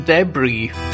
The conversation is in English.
Debris